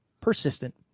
persistent